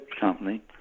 company